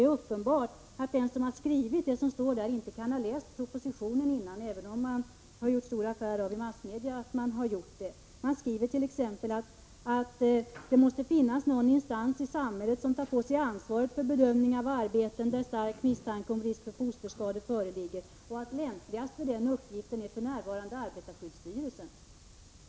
Det är uppenbart att den som skrivit motionen i den här frågan inte kan ha läst propositionen, även om vpk gjort stor affär i massmedia av vad som står där. Motionärerna säger t.ex. att det måste finnas någon instans i samhället som tar på sig ansvaret för bedömning av arbeten där stark misstanke om risk för fosterskador föreligger. Enligt motionen skulle f.n. arbetarskyddsstyrelsen vara lämpligast för den uppgiften.